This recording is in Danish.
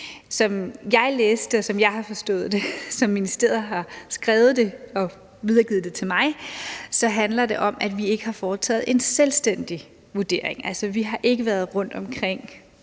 Som jeg har læst det, og som jeg har forstået det, og som ministeriet har skrevet det og videregivet det til mig, handler det om, at vi ikke har foretaget en selvstændig vurdering. Altså, vi har ikke på den måde været rundt omkring